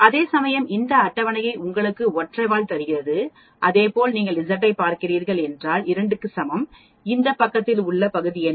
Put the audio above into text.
அதேசமயம் இந்த அட்டவணை உங்களுக்கு ஒற்றை வால் தருகிறது அதேபோல் நீங்கள் Z ஐப் பார்க்கிறீர்கள் என்றால் 2 க்கு சமம் இந்த பக்கத்தில் உள்ள பகுதி என்ன